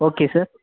okay sir